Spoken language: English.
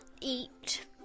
Eat